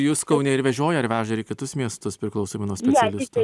jūs kaune ir vežioja ar veža į kitus miestus priklausomai nuo specialistų